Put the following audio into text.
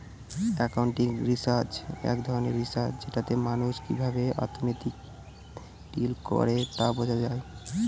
accounting research এক ধরনের research যেটাতে মানুষ কিভাবে অর্থনীতিতে ডিল করে তা বোঝা যায়